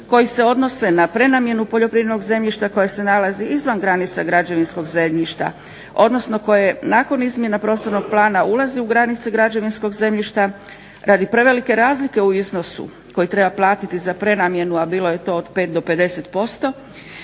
koji se odnose na prenamjenu poljoprivrednog zemljišta koje se nalazi izvan granica građevinskog zemljišta, odnosno koje je nakon izmjena prostornog plana ulazi u granice građevinskog zemljišta radi prevelike razlike u iznosu koji treba platiti za prenamjenu, a bilo je to od 5 do 50%